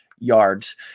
Yards